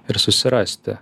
ir susirasti